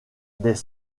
des